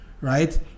right